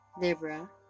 Libra